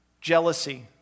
Jealousy